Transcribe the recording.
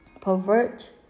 pervert